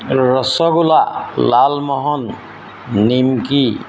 rasgulla lalmohan Nimki